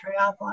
triathlon